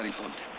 ponte